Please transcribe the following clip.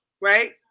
right